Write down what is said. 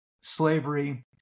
slavery